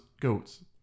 goats